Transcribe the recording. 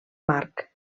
marc